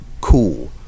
cool